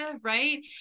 right